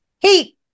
hey